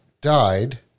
died